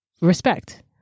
respect